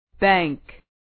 bank